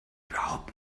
überhaupt